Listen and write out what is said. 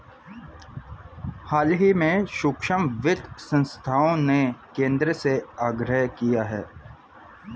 हाल ही में सूक्ष्म वित्त संस्थाओं ने केंद्र से आग्रह किया है